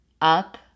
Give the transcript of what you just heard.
up